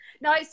No